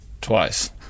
twice